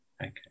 Okay